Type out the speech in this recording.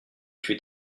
fut